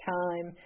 time